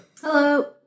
Hello